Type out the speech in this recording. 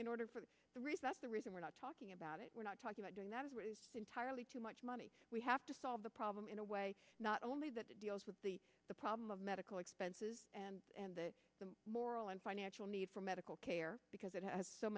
in order for the recess the reason we're not talking about it we're not talking about doing that is entirely too much money we have to solve the problem in a way not only that it deals with the the problem of medical expenses and that the moral and financial need for medical care because it has so